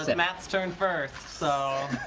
they're turn first. so